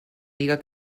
diga